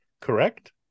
correct